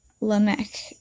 Lamech